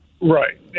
right